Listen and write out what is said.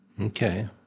Okay